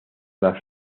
las